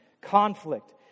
conflict